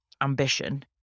ambition